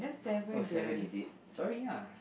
oh seven is it sorry ah